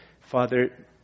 Father